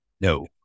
No